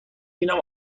بینم